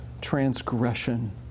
transgression